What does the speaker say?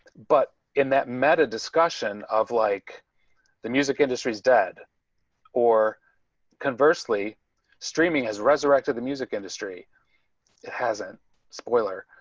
but in that meta discussion of like the music industry is dead or conversely streaming as resurrected the music industry hasn't spoiler.